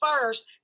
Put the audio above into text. first